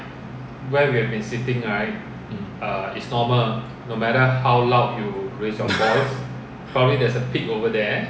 mm